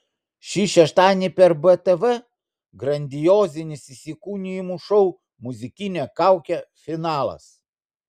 šį šeštadienį per btv grandiozinis įsikūnijimų šou muzikinė kaukė finalas